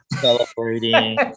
celebrating